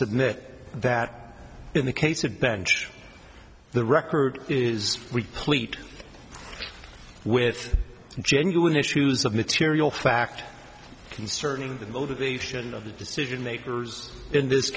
that that in the case of bench the record is replete with genuine issues of material fact concerning the motivation of the decision makers in this